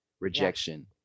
rejection